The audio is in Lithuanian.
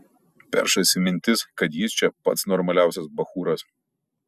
peršasi mintis kad jis čia pats normaliausias bachūras